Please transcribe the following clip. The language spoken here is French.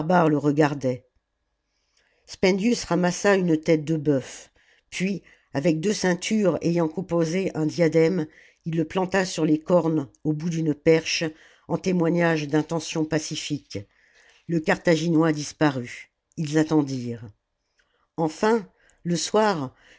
le regardaient spendius ramassa une tête de bœuf puis avec deux ceintures ayant composé un diadème il le planta sur les cornes au bout d'une perche en témoignage d'intentions pacifiques le carthaginois disparut ils attendirent enfin le soir